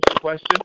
question